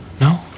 No